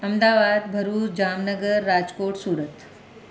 Ahmedabad Bharuch Jamnagar Rajkot Surat